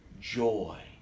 joy